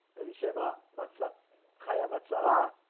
eddie cheever, but sir kya baat salah